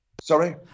sorry